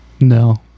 No